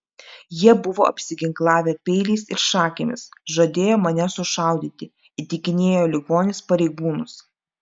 jie buvo apsiginklavę peiliais ir šakėmis žadėjo mane sušaudyti įtikinėjo ligonis pareigūnus